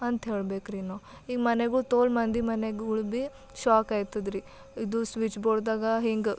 ಅಂತೆ ಹೇಳಬೇಕ್ರಿ ನಾವು ಈಗ ಮನೆಗಳು ತೋಲ ಮಂದಿ ಮನೆಗಳು ಭೀ ಶಾಕ್ ಆಗ್ತದ್ರಿ ಇದು ಸ್ವಿಚ್ ಬೋರ್ಡ್ದಾಗ ಹಿಂಗ